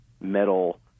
metal